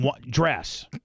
dress